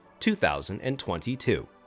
2022